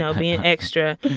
ah being extra.